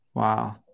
Wow